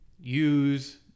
use